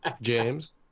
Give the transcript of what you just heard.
James